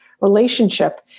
relationship